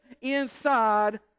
inside